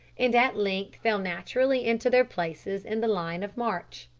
and at length fell naturally into their places in the line of march.